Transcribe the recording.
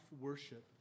worship